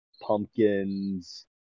pumpkins